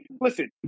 Listen